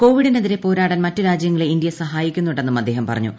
കോവിഡിനെതിരെ പോരാടാൻ മറ്റ് രാജ്യങ്ങളെ ഇന്ത്യ സഹായിക്കു ന്നുണ്ടെന്നും അദ്ദേഹം പറഞ്ഞു